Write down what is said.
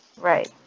Right